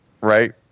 right